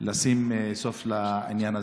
לשים סוף לעניין הזה.